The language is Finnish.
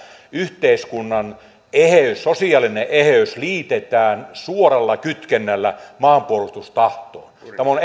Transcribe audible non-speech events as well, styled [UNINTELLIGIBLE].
yhteiskunnan sosiaalinen eheys liitetään suoralla kytkennällä maanpuolustustahtoon tämä on [UNINTELLIGIBLE]